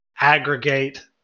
aggregate